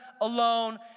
alone